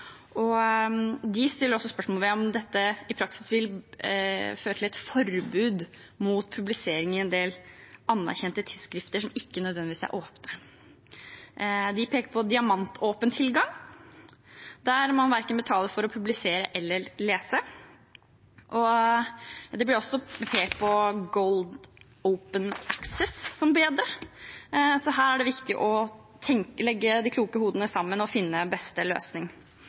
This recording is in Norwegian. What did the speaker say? De stiller spørsmål ved om dette i praksis vil føre til et forbud mot publisering i en del anerkjente tidsskrifter som ikke nødvendigvis er åpne. De peker på «diamant åpen tilgang», der man ikke betaler for å publisere eller for å lese. Det blir også pekt på «gold open access» som bedre, så her er det viktig å føre de kloke hodene sammen og finne den beste